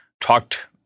talked